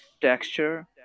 Texture